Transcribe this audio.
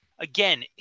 Again